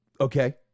Okay